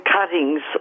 cuttings